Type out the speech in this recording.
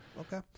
Okay